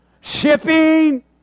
shipping